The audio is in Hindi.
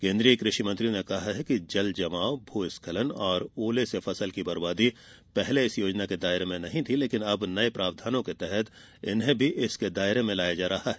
केन्द्रीय कृषि मंत्री ने कहा कि जल जमाव भूस्खलन और ओले से फसल की बरबादी पहले इस योजना के दायरे में नहीं थी लेकिन अब नये प्रावधानों के तहत इन्हें भी इसके दायरे में लाया जा रहा है